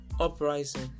uprising